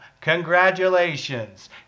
Congratulations